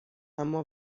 اما